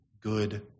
good